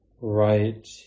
right